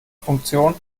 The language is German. funktion